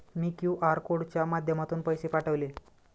मी QR कोडच्या माध्यमातून पैसे पाठवले